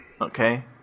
okay